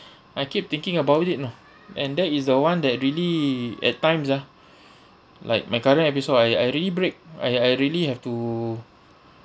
I keep thinking about it you know and that is the one that really at times ah like my current episode I I really break I I really have to